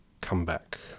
comeback